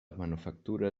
manufactura